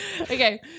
Okay